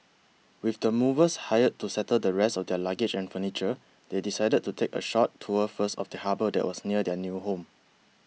with the movers hired to settle the rest of their luggage and furniture they decided to take a short tour first of the harbour that was near their new home